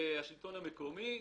והשלטון המקומי.